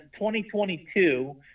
2022